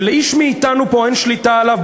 שלאיש מאתנו פה אין שליטה עליו,